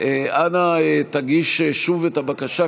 אנא תגיש שוב את הבקשה,